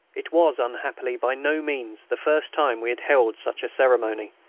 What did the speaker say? it was unhappily by no means the first time we had held such a ceremony,